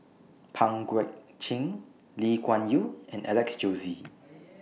Pang Guek Cheng Lee Kuan Yew and Alex Josey